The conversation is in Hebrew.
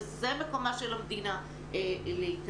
וזה מקומה של המדינה להתערב.